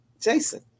Jason